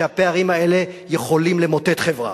שהפערים האלה יכולים למוטט חברה,